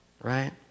right